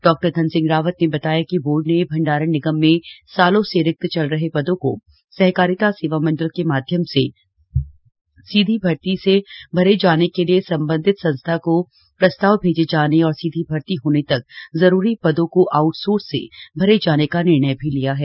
डॉ धन सिंह रावत ने बताया कि बोर्ड ने भण्डारण निगम में सालों से रिक्त चल रहे पदों को सहकारिता सेवा मंडल के माध्यम से सीधी भर्ती से भरे जाने के लिए संबंधित संस्था को प्रस्ताव भेजे जाने और सीधी भर्ती होने तक जरूरी पदों कोआउटसोर्स से भरे जाने का निर्णय भी लिया है